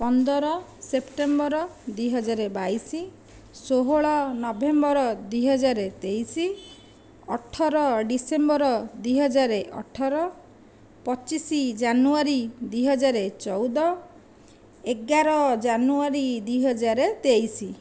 ପନ୍ଦର ସେପ୍ଟେମ୍ବର ଦୁଇହଜାର ବାଇଶ ଷୋହଳ ନଭେମ୍ବର ଦୁଇହଜାର ତେଇଶ ଅଠର ଡିସେମ୍ବର ଦୁଇହଜାର ଅଠର ପଚିଶ ଜାନୁଆରୀ ଦୁଇହଜାର ଚଉଦ ଏଗାର ଜାନୁଆରୀ ଦୁଇହଜାର ତେଇଶ